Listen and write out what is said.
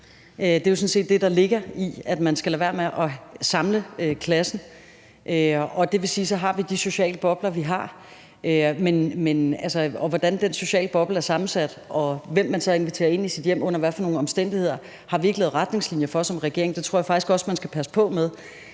Det er jo sådan set det, der ligger i, at man skal lade være med at samle klassen. Det vil sige, at så har vi de sociale bobler, vi har, og hvordan de sociale bobler er sammensat, og hvem man inviterer ind i sit hjem, og under hvilke omstændigheder, har vi ikke lavet retningslinjer for som regering. Det tror jeg faktisk også at man skal passe på med.